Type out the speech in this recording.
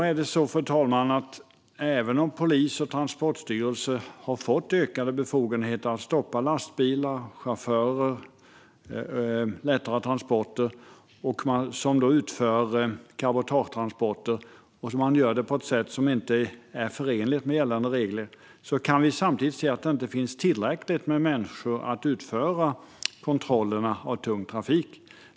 Även om polisen och Transportstyrelsen har fått ökade befogenheter att stoppa lastbilar, chaufförer och lättare transporter när det utförs cabotagetransporter på ett sätt som inte är förenligt med gällande regler kan vi samtidigt se att det inte finns tillräckligt med folk som ska utföra kontroller av tung trafik.